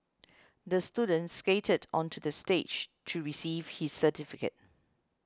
the student skated onto the stage to receive his certificate